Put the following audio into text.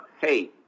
hey